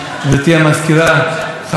מן הקואליציה ומן האופוזיציה.